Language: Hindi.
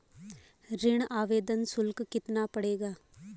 ऋण आवेदन शुल्क कितना पड़ेगा?